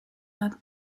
not